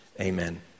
Amen